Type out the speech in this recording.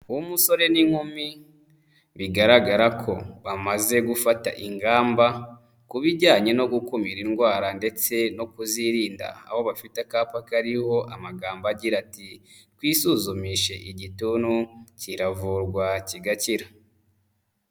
Umusore n'inkumi bigaragara ko bamaze gufata ingamba ku bijyanye no gukumira indwara ndetse no kuzirinda, aho bafite akapa kariho amagambo agira ati: "Twisuzumishe igituntu, kiravurwa kigakira."